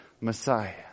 Messiah